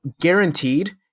guaranteed